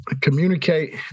communicate